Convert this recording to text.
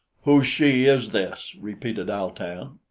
whose she is this? repeated al-tan.